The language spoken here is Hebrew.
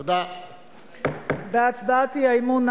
תודה רבה לראש הממשלה.